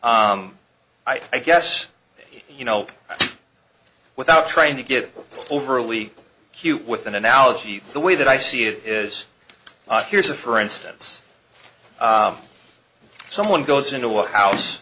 i guess you know without trying to get overly cute with an analogy the way that i see it is here's a for instance someone goes into one house